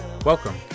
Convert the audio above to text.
Welcome